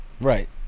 right